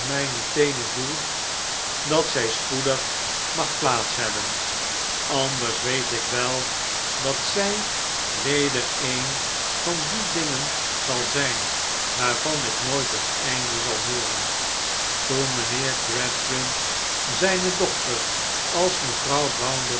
mijne teenen voel dat zij spoedig mag plaats hebben anders weet ik wel dat zij weder een van die dingen zal zijn waarvan ik nooit het einde zal hooren toen mijnheer gradgrind zijne dochter als mevrouw